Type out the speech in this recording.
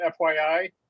FYI